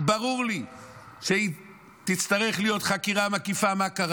ברור לי שתצטרך להיות חקירה מקיפה מה קרה,